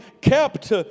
kept